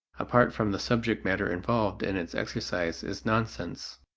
apart from the subject matter involved in its exercise, is nonsense.